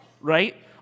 right